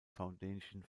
foundation